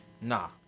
Nah